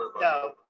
No